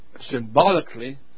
symbolically